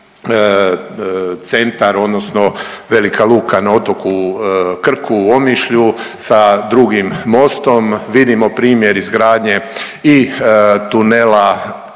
centar odnosno velika luka na otoku Krku u Omišlju sa drugim mostom. Vidimo primjer izgradnje i tunela Učka.